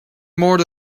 more